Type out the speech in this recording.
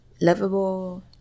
lovable